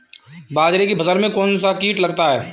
बाजरे की फसल में कौन सा कीट लगता है?